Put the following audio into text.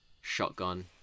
shotgun